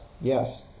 yes